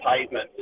pavement